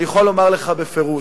אני יכול לומר לך בפירוש,